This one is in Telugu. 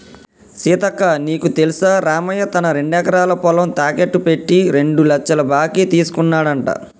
సీతక్క నీకు తెల్సా రామయ్య తన రెండెకరాల పొలం తాకెట్టు పెట్టి రెండు లచ్చల బాకీ తీసుకున్నాడంట